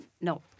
No